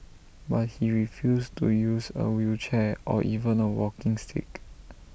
but he refused to use A wheelchair or even A walking stick